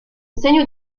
segno